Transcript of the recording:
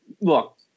look